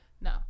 No